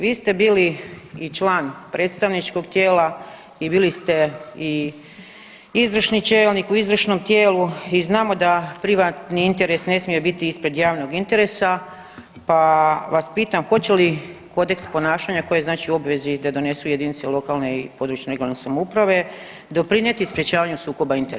Vi ste bili i član predstavničkog tijela i bili ste i izvršni čelnik u izvršnom tijelu i znamo da privatni interes ne smije biti ispred javnog interesa, pa vas pitam hoće li kodeks ponašanja koji je u obvezi da donesu jedinice lokalne, područne (regionalne) samouprave doprinijeti sprječavanju sukoba interesa?